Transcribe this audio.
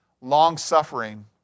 Long-suffering